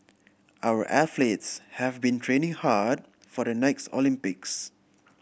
our athletes have been training hard for the next Olympics